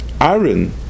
Aaron